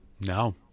No